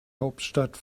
hauptstadt